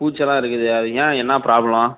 பூச்சில்லாம் இருக்குது அது ஏன் என்ன ப்ராப்பலோம்